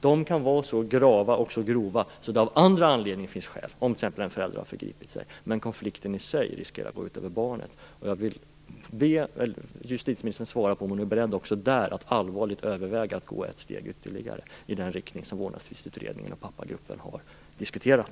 De kan vara så grava och så grova att det av andra anledningar finns skäl, om t.ex. en förälder har förgripit sig, men konflikten i sig riskerar att gå ut över barnet. Jag vill be justitieministern att svara på om hon är beredd att också där allvarligt överväga att gå ett steg ytterligare i den riktning som Vårdnadstvistutredningen och Pappagruppen har diskuterat.